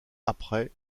après